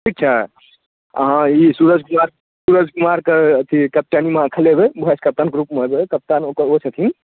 ठिक छै अहाँ ई सूरज कुमार सूरज कुमार के अथी कैप्टेनमे खेलेबै भासि कैप्टन के रूपमे एबै कप्तान ओकर ओ छथिन